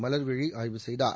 மல்விழி ஆய்வு செய்தார்